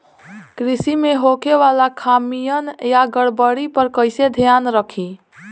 कृषि में होखे वाला खामियन या गड़बड़ी पर कइसे ध्यान रखि?